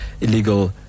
illegal